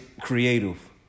creative